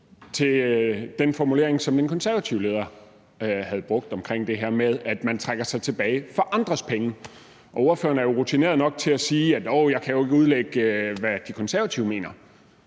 til den formulering, som den konservative leder havde brugt, om det her med, at man trækker sig tilbage for andres penge. Ordføreren er jo rutineret nok til at svare: Jeg kan jo ikke udlægge, hvad De Konservative mener.